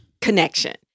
connection